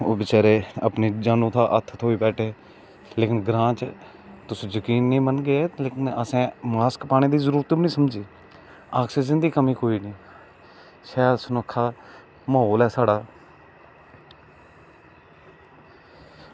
ते ओह् बेचारे अपनी जानो थमां हत्थ धोई बैठे लेकिन ग्रांऽ च तुस जकीन निं मनगे लेकिन असें मास्क पाने दी जरूरत बी निं समझी आक्सीजन दी कमी कोई निं शैल सनक्खा म्हौल ऐ साढ़ा